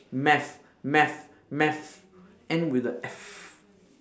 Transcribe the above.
math math math end with a F